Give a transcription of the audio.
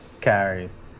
carries